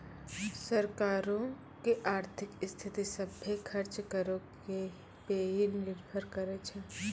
सरकारो के आर्थिक स्थिति, सभ्भे खर्च करो पे ही निर्भर करै छै